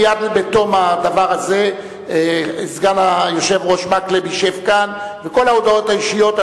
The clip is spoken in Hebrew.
מייד בתום הדבר הזה סגן היושב-ראש מקלב ישב כאן ואת כל ההודעות האישיות,